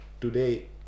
today